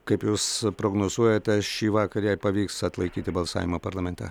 kaip jūs prognozuojate šįvakar jai pavyks atlaikyti balsavimą parlamente